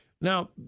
Now